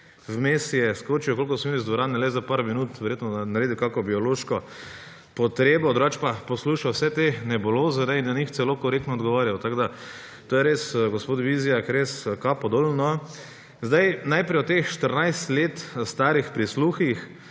vmes je skočil, kolikor sem jaz v dvorani le za par minut, verjetno, da naredi kakšno biološko potrebo, drugače pa posluša vse te nebuloze in na njih celo korektno odgovarja, tako res, gospod Vizjak, res kapo dol. Najprej o teh 14 let starih prisluhih,